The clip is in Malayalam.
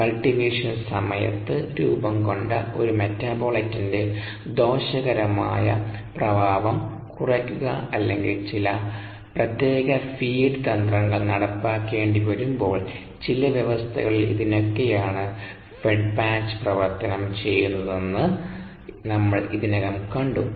കൾടിവേഷൻ സമയത്ത് രൂപംകൊണ്ട ഒരു മെറ്റാബോലൈറ്റിന്റെ ദോഷകരമായ പ്രഭാവം കുറയ്ക്കുക അല്ലെങ്കിൽ ചില പ്രത്യേക ഫീഡ് തന്ത്രങ്ങൾ നടപ്പാക്കേണ്ടിവരുമ്പോൾ ചില വ്യവസ്ഥകളിൽ ഇതിനൊക്കെയാണ് ഫെഡ് ബാച്ച് പ്രവർത്തനം ചെയ്യുന്നതെന്ന് നമ്മൾ ഇതിനകം കണ്ടു